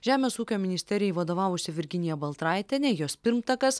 žemės ūkio ministerijai vadovavusi virginija baltraitienė jos pirmtakas